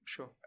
Sure